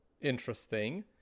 interesting